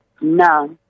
No